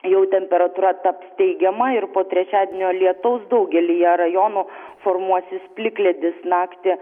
jau temperatūra taps teigiama ir po trečiadienio lietaus daugelyje rajonų formuosis plikledis naktį